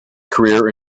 career